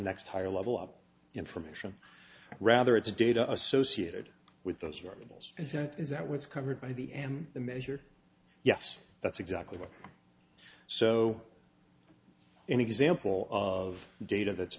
next higher level of information rather it's data associated with those rebels and that is that was covered by the and the measure yes that's exactly what so an example of data that's